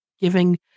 giving